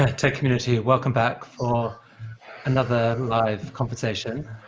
ah ted community, welcome back for another live conversation.